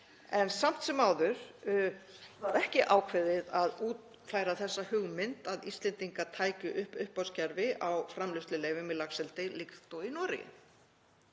samt sem áður var ekki ákveðið að útfæra þessa hugmynd, að Íslendingar tækju upp uppboðskerfi á framleiðsluleyfum í laxeldi líkt og í Noregi.